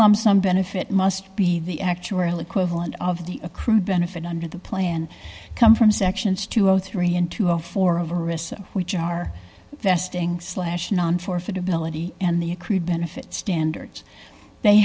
lump sum benefit must be the actuarial equivalent of the accrued benefit under the plan come from sections two or three into a four of arista which are vesting slash non forfeit ability and the create benefit standards they